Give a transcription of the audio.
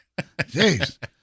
Jeez